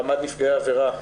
רמ"ד נפגעי עבירה,